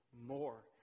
more